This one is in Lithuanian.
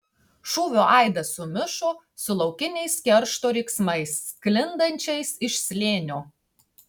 šūvio aidas sumišo su laukiniais keršto riksmais sklindančiais iš slėnio